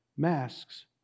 masks